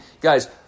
guys